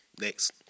Next